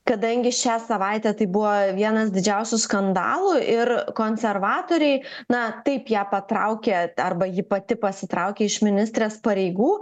kadangi šią savaitę tai buvo vienas didžiausių skandalų ir konservatoriai na taip ją patraukė arba ji pati pasitraukė iš ministrės pareigų